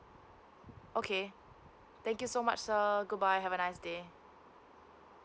okay thank you so much sir good bye have a nice day